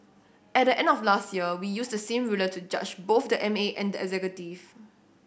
at the end of last year we use the same ruler to judge both the M A and the executive